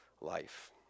life